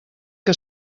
que